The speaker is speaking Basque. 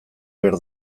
behar